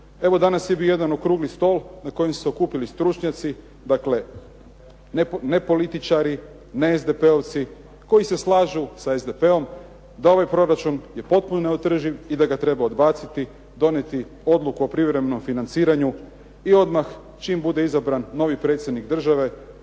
Evo danas je bio jedan okrugli stol na kojem su se okupili stručnjaci, dakle nepolitičari ne SDP-ovci koji se slažu sa SDP-om da je ovaj proračun potpuno neodrživ i da ga treba odbaciti, donijeti odluku o privremenom financiranju. I odmah čim bude izabran novi predsjednik države,